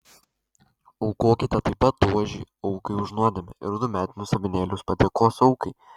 aukokite taip pat ožį aukai už nuodėmę ir du metinius avinėlius padėkos aukai